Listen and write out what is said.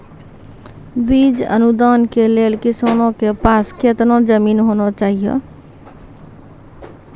बीज अनुदान के लेल किसानों के पास केतना जमीन होना चहियों?